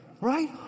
right